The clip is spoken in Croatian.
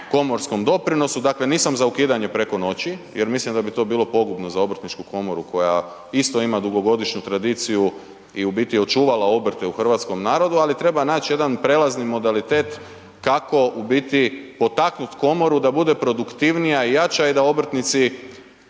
komorskom doprinosu, dakle nisam za ukidanje preko noći jer mislim da bi to bilo pogubno za obrtničku komoru koja isto ima dugogodišnju tradiciju i u biti očuvala obrte u hrvatskom narodu ali treba naći jedan prelazni modalitet kako u biti potaknuti komoru da bude produktivnija i jača i da obrtnici